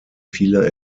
viele